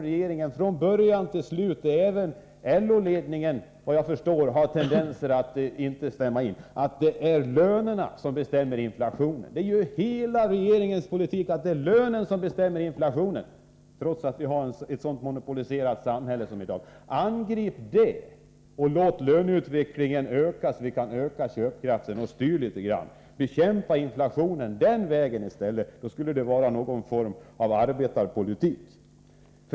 Det måste, från början till slut, vara frågan om en felkoppling från regeringens sida. LO-ledningen tenderar, såvitt jag förstår, att inte instämma. Regeringens politik i dess helhet går ut på att det är lönerna som bestämmer inflationen — trots dagens monopoliserade samhälle. Angrip det i stället! Låt utvecklingen gå mot ökade löner, så att människorna får större köpkraft. Styr litet grand! Det är, som sagt, bättre att bekämpa inflationen den vägen. I så fall skulle det vara någon form av arbetarpolitik.